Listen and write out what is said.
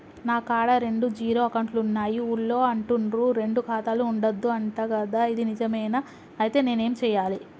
నా కాడా రెండు జీరో అకౌంట్లున్నాయి ఊళ్ళో అంటుర్రు రెండు ఖాతాలు ఉండద్దు అంట గదా ఇది నిజమేనా? ఐతే నేనేం చేయాలే?